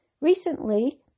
Recently